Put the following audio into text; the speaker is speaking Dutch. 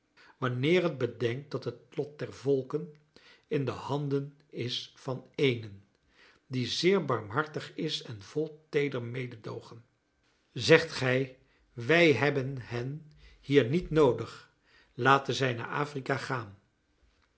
wanneer het bedenkt dat het lot der volken in de handen is van eenen die zeer barmhartig is en vol teeder mededoogen zegt gij wij hebben hen hier niet noodig laten zij naar afrika gaan